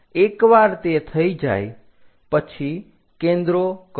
8 એકવાર તે થઇ જાય પછી કેન્દ્રો કરો